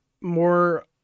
more